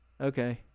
okay